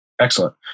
Excellent